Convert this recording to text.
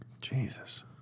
Jesus